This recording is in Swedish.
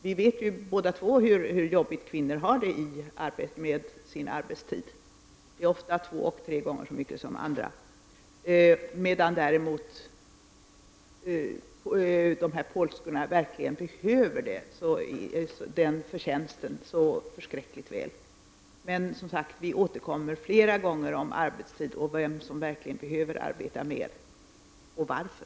Vi vet, både arbetsmarknadsministern och jag, hur jobbigt kvinnor har det med sina arbetstider. De arbetar ofta två tre gånger så mycket som andra, samtidigt som dessa polskor verkligen behöver den här förtjänsten så väl. Men, som sagt, vi får återkomma till frågan om arbetstid, vilka som behöver arbeta mer och varför.